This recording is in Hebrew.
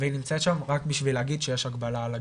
והיא נמצאת שם, רק בשביל להגיד שיש הגבלה על הגיל.